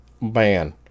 man